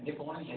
എങ്കിൽ ഫോണല്ലേ